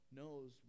knows